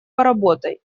поработай